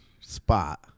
spot